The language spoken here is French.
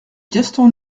gaston